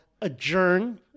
adjourn